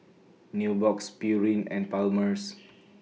Nubox Pureen and Palmer's